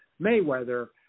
Mayweather